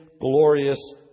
glorious